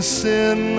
sin